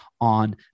on